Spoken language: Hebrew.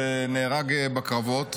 שנהרג בקרבות.